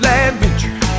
adventure